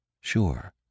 sure